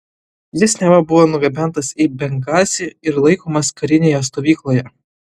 jis neva buvo nugabentas į bengazį ir laikomas karinėje stovykloje